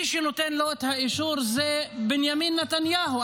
מי שנותן לו את האישור זה בנימין נתניהו.